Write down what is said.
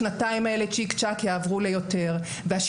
השנתיים האלה יעברו צ'יק-צ'ק ליותר זמן ועם